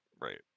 right